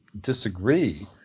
disagree